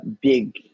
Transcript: big